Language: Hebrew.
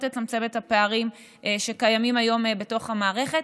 תצמצם את הפערים שקיימים היום בתוך המערכת,